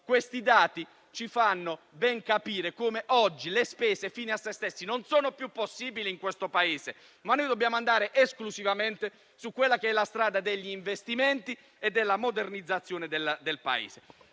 Questi dati ci fanno ben capire come oggi le spese fini a se stesse non siano più possibili nel Paese, mentre dobbiamo andare esclusivamente sulla strada degli investimenti e della modernizzazione.